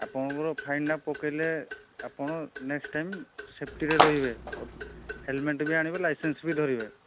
ଆପଣଙ୍କର ଫାଇନ୍ଟା ପକାଇଲେ ଆପଣ ନେକ୍ସଟ ଟାଇମ୍ ସେଫ୍ଟିରେ ରହିବେ ହେଲମେଟ ବି ଆଣିବେ ଲାଇସେନ୍ସ ବି ଧରିବେ